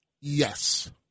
Yes